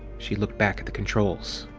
she looked back at the controls.